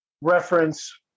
reference